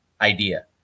idea